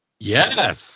yes